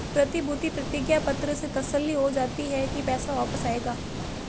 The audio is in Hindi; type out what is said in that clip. प्रतिभूति प्रतिज्ञा पत्र से तसल्ली हो जाती है की पैसा वापस आएगा